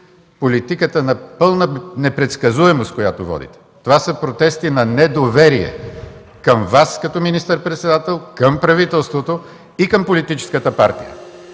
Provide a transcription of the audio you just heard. политиката на пълна непредсказуемост, която водите. Това са протести на недоверие към Вас, като министър-председател, към правителството и към политическата партия.